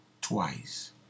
twice